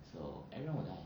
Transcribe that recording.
so everyone will die